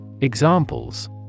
Examples